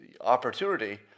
opportunity